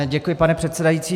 Děkuji, pane předsedající.